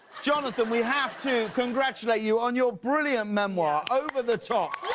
jonathan we have to con grate late you on your brilliant memoir, over the top.